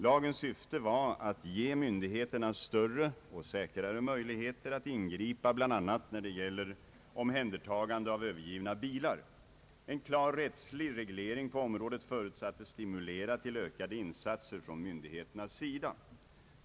Lagens syfte var att ge myndigheterna större och säkrare möjligheter att ingripa bl.a. när det gäller omhändertagande av övergivna bilar. En klar rättslig reglering på området förutsattes stimulera till ökade insatser från myndigheternas sida.